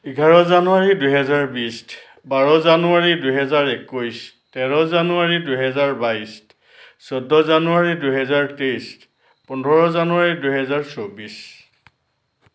এঘাৰ জানুৱাৰী দুহেজাৰ বিশ বাৰ জানুৱাৰী দুহেজাৰ একৈছ তেৰ জানুৱাৰী দুহেজোৰ বাইছ চৈধ্য জানুৱাৰী দুহেজাৰ তেইছ পোন্ধৰ জানুৱাৰী দুহেজাৰ চৌব্বিছ